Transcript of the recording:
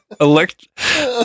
elect